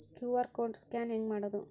QR code scan ಹೆಂಗ್ ಮಾಡೋದು?